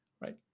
right